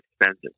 expensive